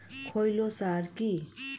খৈল সার কি?